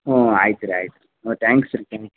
ಹ್ಞೂ ಆಯ್ತು ರೀ ಆಯ್ತು ರೀ ಹ್ಞೂ ತ್ಯಾಂಕ್ಸ್ ರೀ ತ್ಯಾಂಕ್ಸ್